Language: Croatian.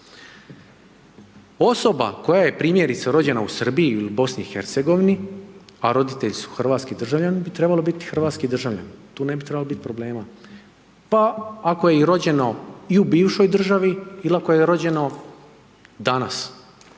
Osoba koja je primjerice rođena u Srbiji ili u BiH a roditelji su hrvatski državljani bi trebalo biti hrvatski državljanin, tu ne bi trebalo biti problema. Pa ako je rođeno i u bivšoj državi ili ako je rođeno danas.